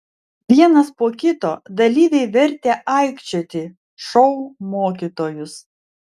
vienas po kito dalyviai vertė aikčioti šou mokytojus